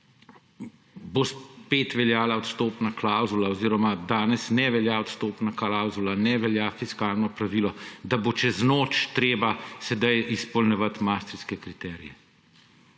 bo spet veljala odstopna klavzula oziroma danes ne velja odstopna klavzula, ne velja fiskalno pravilo, da bo čez noč treba sedaj izpolnjevati maastrichtske kriterije.